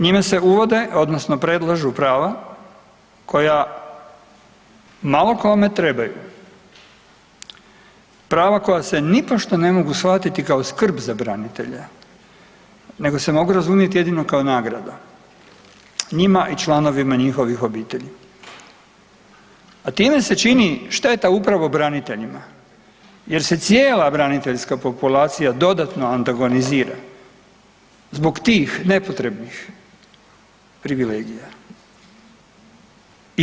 Njime se uvode odnosno predlažu prava koja malo kome trebaju, prava koja se nipošto ne mogu shvatiti kao skrb za branitelje nego se mogu razumjeti kao nagrada njima i članovima njihovih obitelji, a time se čini šteta upravo braniteljima jer se cijela braniteljska populacija dodatno antagonizira zbog tih nepotrebnih privilegija.